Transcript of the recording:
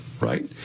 Right